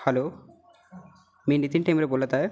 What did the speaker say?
hello मी नितीन टेंबळे बोलत आहे